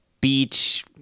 Beach